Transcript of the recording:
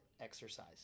exercise